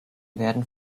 werden